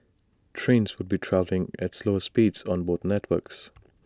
the trains would be travelling at slower speeds on both networks